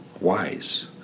wise